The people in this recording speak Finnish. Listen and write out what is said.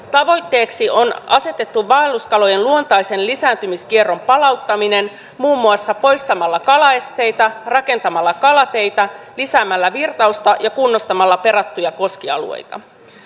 tavoitteeksi on asetettu vaelluskalojen luontaisen lisääntymiskierron palauttaminen muun muassa poistamalla kalaesteitä rakentamalla kalateitä lisäämällä virtausta ja kunnostamalla perattuja koskialueita